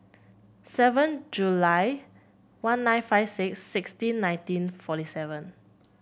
seven July one nine five six sixteen nineteen forty seven